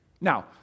Now